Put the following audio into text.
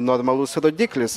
normalus rodiklis